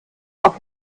auf